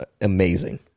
amazing